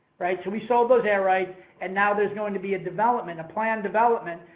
right? so, we sold those air rights and now there's going to be a development, a planned development,